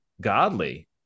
godly